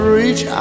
reach